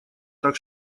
так